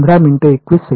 विद्यार्थीः समस्या